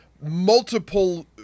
multiple